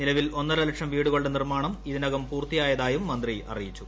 നിലവിൽ ഒന്നരലക്ഷം വീടുകളുടെ നിർമ്മാണം ഇതിനകം പൂർത്തിയായതായും മുന്ത്രി അറിയിച്ചു